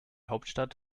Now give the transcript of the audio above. hauptstadt